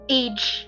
age